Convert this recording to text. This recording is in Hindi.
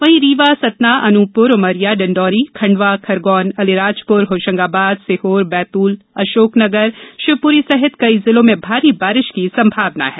वहीं रीवा सतना अनूपपूर उमरिया डिंडौरी खंडवा खरगोन अलीराजपुर होशंगाबाद सीहोरबैतल अशोकनगर शिवपुरी सहित कई जिलों में भारी बारिश की संभावना है